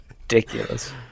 ridiculous